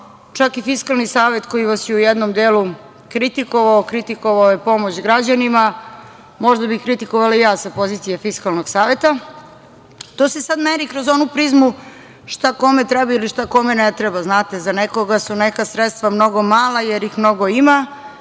čak i Fiskalni savet koji vas je u jednom delu kritikovao, kritikovao je pomoć građanima, možda bih kritikovala i ja sa pozicije Fiskalnog saveta, to se sad meri kroz onu prizmu šta kome treba ili šta kome ne treba. Znate, za nekoga su neka sredstva mnogo mala, jer ih mnogo ima,